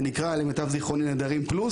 זה נקרא "נדרים פלוס".